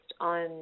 on